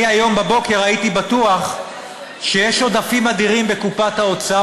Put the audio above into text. אני היום בבוקר הייתי בטוח שיש עודפים אדירים בקופת האוצר,